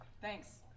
Thanks